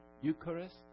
Eucharist